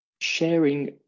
sharing